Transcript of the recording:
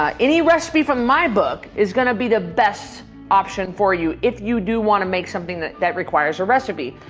ah any recipe from my book is gonna be the best option for you if you do wanna make something that that requires a recipe.